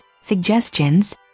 suggestions